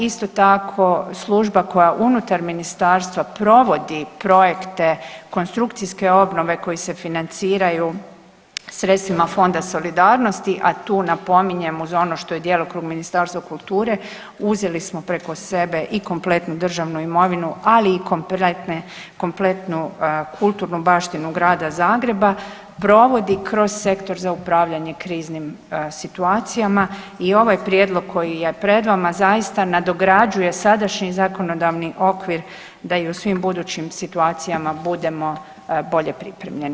Isto tako, služba koja unutar Ministarstva provodi projekte konstrukcijske obnove koji se financiraju sredstvima Fonda solidarnosti, a tu napominjem, uz ono što je djelokrug Ministarstva kulture, uzeli smo preko sebe i kompletnu državnu imovinu, ali i kompletnu kulturnu baštinu grada Zagreba, provodi kroz sektor za upravljanje kriznim situacijama i ovo je prijedlog koji je pred vama, zaista nadograđuje sadašnji zakonodavni okvir da i u svim budućim situacijama budemo bolje pripremljeni.